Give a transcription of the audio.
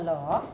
hello